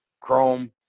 chrome